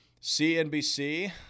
CNBC